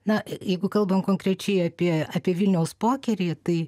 na jeigu kalbam konkrečiai apie apie vilniaus pokerį tai